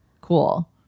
cool